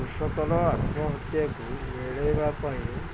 କୃଷକର ଆତ୍ମହତ୍ୟାକୁ ଏଡ଼େଇବା ପାଇଁ